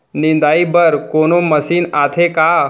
निंदाई बर कोनो मशीन आथे का?